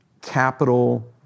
capital